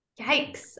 Yikes